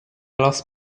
lost